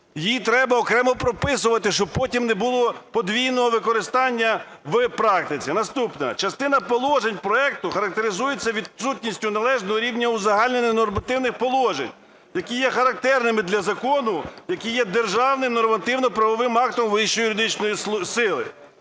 Їх треба окремо прописувати, щоб потім не було подвійного використання в практиці. Наступне. Частина положень проекту характеризується відсутністю належного рівня узагальнених нормативних положень, які є характерними для закону, який є державним нормативно-правовим актом вищої юридичної сили.